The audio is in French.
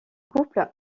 couple